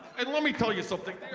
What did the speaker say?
and let me tell you something.